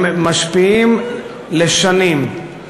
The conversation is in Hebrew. הם משפיעים לשנים.